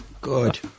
Good